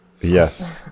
Yes